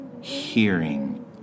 hearing